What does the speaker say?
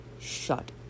shut